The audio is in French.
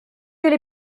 les